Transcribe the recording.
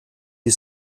die